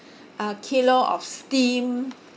a kilo of steam